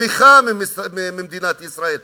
תמיכה ממדינת ישראל,